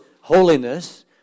holiness